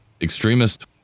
extremist